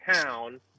town